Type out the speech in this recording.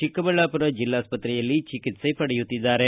ಚಿಕ್ಕಬಳ್ಳಾಪುರ ಜಿಲ್ಲಾಸ್ತ್ರೆಯಲ್ಲಿ ಚಿಕಿತ್ಸೆ ಪಡೆಯುತ್ತಿದ್ದಾರೆ